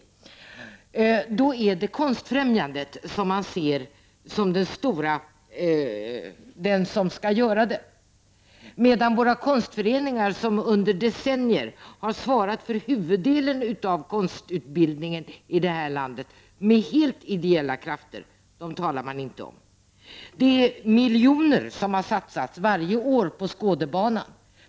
Då anser socialdemokraterna att konstfrämjandet skall sköta denna utbildning, men socialdemokraterna talar inte om konstföreningarna, som under decennier har svarat för huvuddelen av konstutbildningen i det här landet med helt ideella krafter. Det har varje år satsats miljoner på Skådebanan.